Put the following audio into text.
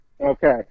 Okay